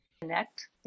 connect